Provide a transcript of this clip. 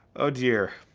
oh dear.